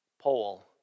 pole